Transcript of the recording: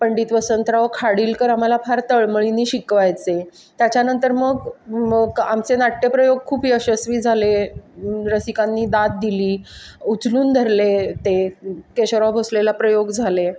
पंडित वसंतराव खाडीलकर आम्हाला फार तळमळीने शिकवायचे त्याच्यानंतर मग आमचे नाट्यप्रयोग खूप यशस्वी झाले रसिकांनी दाद दिली उचलून धरले ते केशवराव भोसलेला प्रयोग झाले